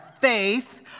faith